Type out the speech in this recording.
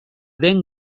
den